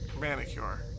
Manicure